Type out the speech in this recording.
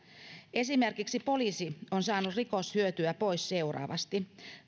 esimerkiksi poliisi on saanut rikoshyötyä pois seuraavasti